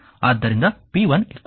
ಆದ್ದರಿಂದ p1 20 6 ಆಗಿರುತ್ತದೆ